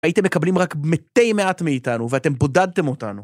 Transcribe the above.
הייתם מקבלים רק מתי מעט מאיתנו ואתם בודדתם אותנו.